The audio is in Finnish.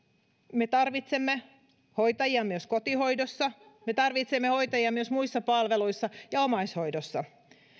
me tarvitsemme hoitajia myös kotihoidossa me tarvitsemme hoitajia myös muissa palveluissa ja omaishoidossa